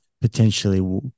potentially